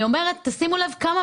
שימו לב כמה